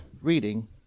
reading